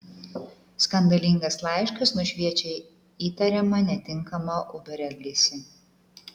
skandalingas laiškas nušviečia įtariamą netinkamą uber elgesį